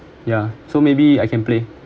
ya so maybe I can play